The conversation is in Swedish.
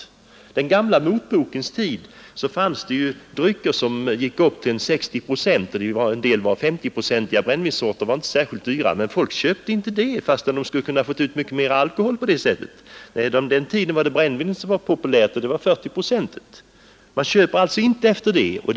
På den gamla motbokens tid fanns det spritdrycker som höll omkring 60 procent alkohol, och en del S0-procentiga brännvinssorter var inte särskilt dyra, men människorna köpte inte de sorterna, trots att de skulle ha fått mycket mera alkohol på det sättet. Nej, på den tiden var brännvinet populärt, och det var 40-procentigt. Man köper alltså inte rusdrycker efter sprithalt.